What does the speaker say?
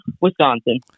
Wisconsin